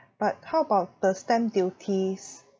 but how about the stamp duties